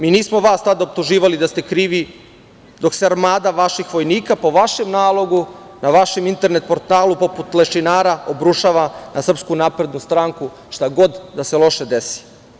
Mi nismo tada vas optuživali da ste krivi dok se armada vaših vojnika, po vašem nalogu, na vašem internet portalu poput lešinara obrušava na SNS, šta god da se desi.